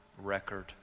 record